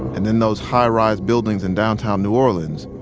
and in those high-rise buildings in downtown new orleans,